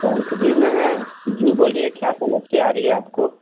tenth B में है जी बोलिए क्या समस्या आ रही है आपको